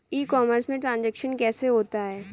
ई commerce में transaction कैसे होता है?